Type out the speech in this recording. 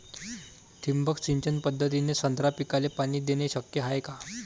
ठिबक सिंचन पद्धतीने संत्रा पिकाले पाणी देणे शक्य हाये का?